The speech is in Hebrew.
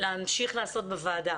להמשיך לעשות בוועדה.